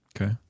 Okay